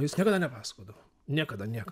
jis niekada nepasakodavo niekada niekam